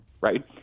Right